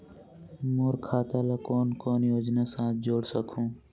मोर खाता ला कौन कौन योजना साथ जोड़ सकहुं?